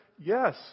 yes